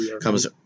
comes